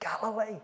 Galilee